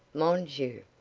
mon dieu!